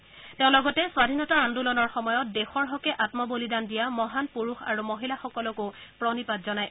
শ্ৰীমোডীয়ে লগতে স্বাধীনতা আন্দোলনৰ সময়ত দেশৰ হকে আত্মবলিদান দিয়া মহান পুৰুষ আৰু মহিলাসকলকো প্ৰণিপাত জনায়